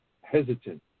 hesitant